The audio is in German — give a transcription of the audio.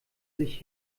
sich